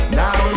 now